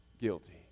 guilty